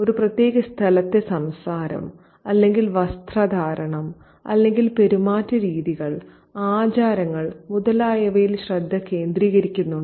ഒരു പ്രത്യേക സ്ഥലത്തെ സംസാരം അല്ലെങ്കിൽ വസ്ത്രധാരണം അല്ലെങ്കിൽ പെരുമാറ്റരീതികൾ ആചാരങ്ങൾ മുതലായവയിൽ ശ്രദ്ധ കേന്ദ്രീകരിക്കുന്നുണ്ടോ